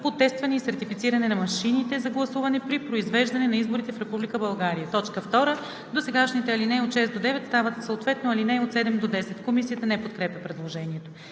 по тестване и сертифициране на машините за гласуване при произвеждане на избори в Република България.“ 2. Досегашните ал. 6 – 9 стават съответно ал. 7 – 10.“ Комисията не подкрепя предложението.